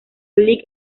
lee